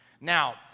Now